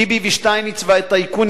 ביבי ושטייניץ והטייקונים,